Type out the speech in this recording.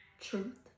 Truth